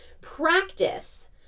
Practice